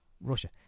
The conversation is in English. Russia